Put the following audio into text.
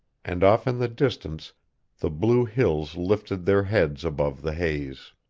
and off in the distance the blue hills lifted their heads above the haze.